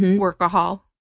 workahol.